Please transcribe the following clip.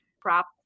prop